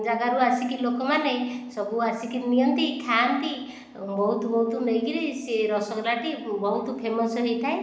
ଜାଗାରୁ ଆସି କରି ଲୋକମାନେ ସବୁ ଆସି କରି ନିଅନ୍ତି ଖାଆନ୍ତି ବହୁତ ବହୁତ ନେଇକରି ସେ ରସଗୋଲା ଟି ବହୁତ ଫେମସ୍ ହୋଇଥାଏ